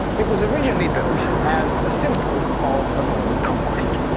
it was originally built as a symbol of the norman conquest,